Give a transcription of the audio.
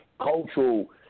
cultural